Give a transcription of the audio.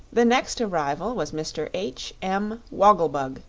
the next arrival was mr. h. m. woggle-bug,